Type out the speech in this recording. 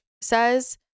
says